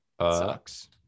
Sucks